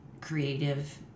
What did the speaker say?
creative